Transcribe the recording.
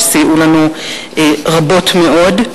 שסייעו לנו רבות מאוד.